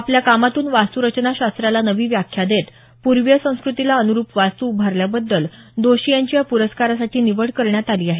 आपल्या कामातून वास्तूरचना शास्त्राला नवी व्याख्या देत पूर्वीय संस्कृतीला अनुरूप वास्तू उभारल्याबद्दल दोशी यांची या प्रस्कारासाठी निवड करण्यात आली आहे